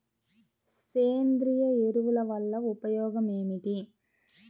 సేంద్రీయ ఎరువుల వల్ల ఉపయోగమేమిటీ?